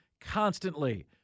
constantly